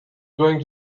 going